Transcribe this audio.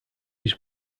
his